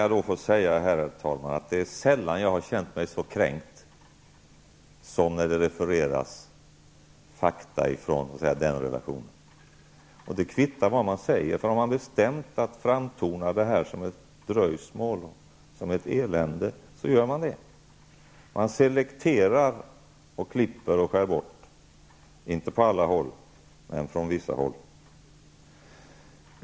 Jag vill säga att det är sällan som jag har känt mig så kränkt som när fakta refereras i tidningar och andra massmedia från den relation med Baltikum vi här har diskuterat. Det kvittar vad jag säger. Har man i massmedia bestämt sig för att låta detta framtona som ett dröjsmål, ett elände, så gör man det. Man selekterar, man klipper och skär bort -- inte på alla håll, men på vissa.